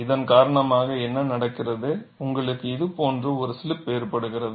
இதன் காரணமாக என்ன நடக்கிறது உங்களுக்கு இது போன்ற ஒரு ஸ்லிப் ஏற்படுகிறது